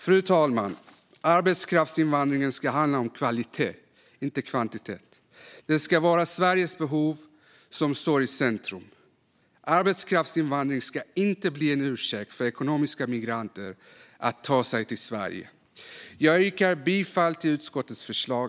Fru talman! Arbetskraftsinvandringen ska handla om kvalitet - inte kvantitet. Det ska vara Sveriges behov som står i centrum. Arbetskraftsinvandring ska inte bli en ursäkt för ekonomiska migranter att ta sig till Sverige. Jag yrkar bifall till utskottets förslag.